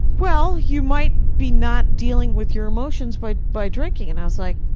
well, you might be not dealing with your emotions but by drinking. and i was like,